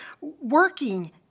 working